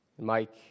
Mike